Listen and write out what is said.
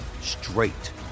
straight